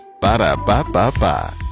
Ba-da-ba-ba-ba